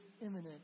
imminent